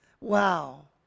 wow